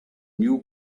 new